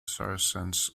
saracens